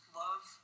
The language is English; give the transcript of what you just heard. love